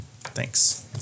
Thanks